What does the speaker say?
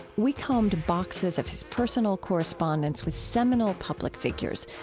we combed boxes of his personal correspondence with seminal public figures,